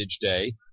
Day